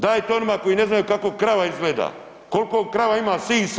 Dajete onima koji ne znaju kako krava izgleda, koliko krava ima sisa.